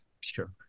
Sure